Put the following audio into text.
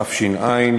תש"ע,